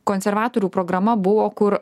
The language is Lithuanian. konservatorių programa buvo kur